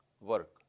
work